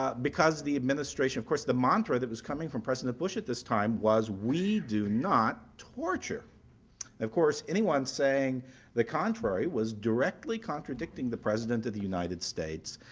ah because the administration of course, the mantra that was coming from president bush at this time was we do not torture. and of course anyone saying the contrary was directly contradicting the president of the united states.